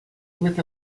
with